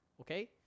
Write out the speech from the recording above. Okay